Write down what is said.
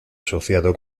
asociado